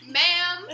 ma'am